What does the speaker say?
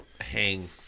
hang